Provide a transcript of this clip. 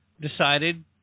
decided